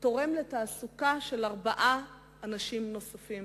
תורם לתעסוקה של ארבעה אנשים נוספים.